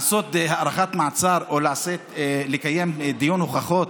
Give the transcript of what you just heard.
לעשות הארכת מעצר או לקיים דיון הוכחות